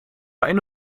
eine